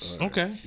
Okay